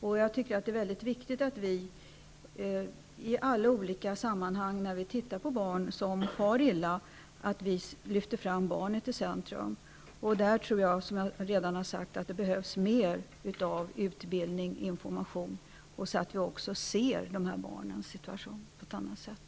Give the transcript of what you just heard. Det är mycket viktigt att vi i alla olika sammanhang när vi ser på de fall där barn far illa lyfter fram barnet i centrum. Som jag redan har sagt tror jag att det här behövs mer utbildning och information så att vi också ser dessa barns situation på ett annat sätt.